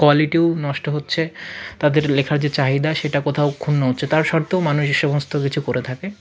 কোয়ালিটিও নষ্ট হচ্ছে তাদের লেখার যে চাহিদা সেটা কোথাও ক্ষুণ্ণ হচ্ছে তার সত্ত্বেও মানুষ এ সমস্ত কিছু করে থাকে